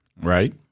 Right